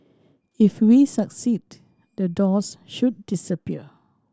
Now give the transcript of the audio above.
if we succeed the doors should disappear